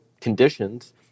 conditions